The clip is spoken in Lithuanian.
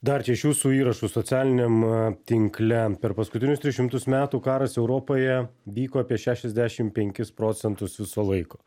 dar čia iš jūsų įrašų socialiniam tinkle per paskutinius tris šimtus metų karas europoje vyko apie šešiasdešim penkis procentus viso laiko